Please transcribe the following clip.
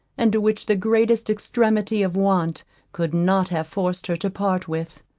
and which the greatest extremity of want could not have forced her to part with.